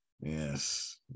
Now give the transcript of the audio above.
Yes